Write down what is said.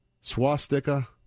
swastika